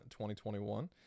2021